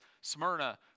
Smyrna